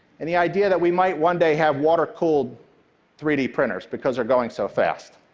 and the idea that we might one day have water-cooled three d printers, because they're going so fast.